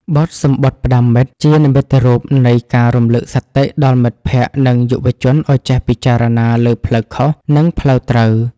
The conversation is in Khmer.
បទ សំបុត្រផ្ដាំមិត្ត ជានិមិត្តរូបនៃការរំលឹកសតិដល់មិត្តភក្តិ និងយុវជនឱ្យចេះពិចារណាលើផ្លូវខុស និងផ្លូវត្រូវ